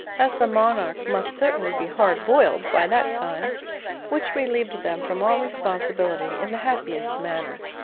as the monarch must certainly be hard-boiled by that time which relieved them from all responsibility in the happiest manner.